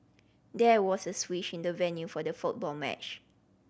there was a switch in the venue for the football match